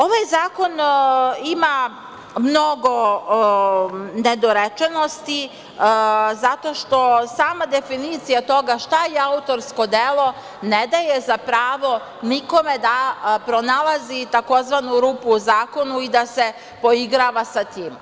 Ovaj zakon ima mnogo nedorečenosti zato što sama definicija toga šta je autorsko delo ne daje za pravo nikome da pronalazi tzv. rupu u zakonu i da se poigrava sa tim.